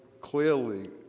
clearly